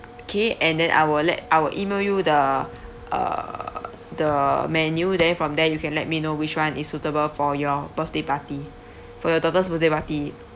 okay and then I will let I will email you the uh the menu then from there you can let me know which [one] is suitable for your birthday party for your daughter's birthday party